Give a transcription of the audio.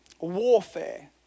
warfare